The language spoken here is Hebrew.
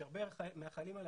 שהרבה מהחיילים האלה,